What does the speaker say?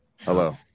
Hello